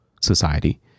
society